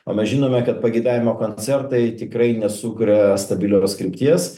o mes žinome kad pageidavimo koncertai tikrai nesukuria stabilios krypties